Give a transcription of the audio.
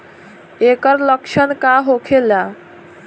ऐकर लक्षण का होखेला?